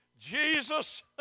Jesus